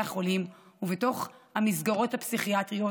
החולים ובתוך המסגרות הפסיכיאטריות.